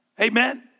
Amen